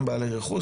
הם בעלי רכוש?